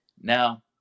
Now